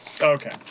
Okay